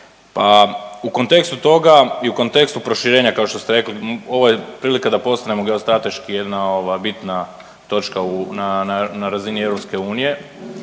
pa u kontekstu toga i u kontekstu proširenja kao što ste rekli ovo je prilika da postanemo geostrateški jedna ova bitna točka na, na razini EU,